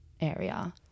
area